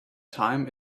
time